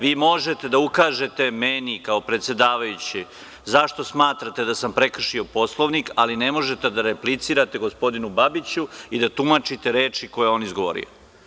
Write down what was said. Vi možete da ukažete meni kao predsedavajućem zašto smatrate da sam prekršio Poslovnik, ali ne možete da replicirate gospodinu Babiću i da tumačite reči koje je on izgovorio.